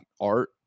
art